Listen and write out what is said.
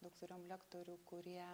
daug turėjom lektorių kurie